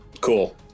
Cool